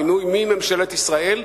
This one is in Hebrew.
מינוי מממשלת ישראל,